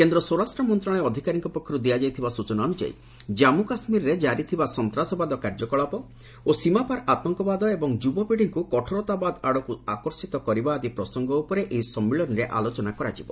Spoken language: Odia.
କେନ୍ଦ୍ର ସ୍ୱରାଷ୍ଟ୍ର ମନ୍ତ୍ରଣାଳୟ ଅଧିକାରୀଙ୍କ ପକ୍ଷରୁ ଦିଆଯାଇଥିବା ସୂଚନା ଅନୁଯାୟୀ ଜାମ୍ପୁ କାଶ୍ମୀରରେ ଜାରିଥିବା ସନ୍ତାସବାଦ କାର୍ଯ୍ୟକଳାପ ଓ ସୀମାପାର ଆତଙ୍କବାଦ ଏବଂ ଯୁବପୀଢ଼ିଙ୍କୁ କଠୋରବାଦ ଆଡ଼କୁ ଆକର୍ଷିତ କରିବା ଆଦି ପ୍ରସଙ୍ଗ ଉପରେ ଏହି ସମ୍ମିଳନୀରେ ପ୍ରାଧାନ୍ୟ ଦିଆଯିବ